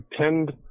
tend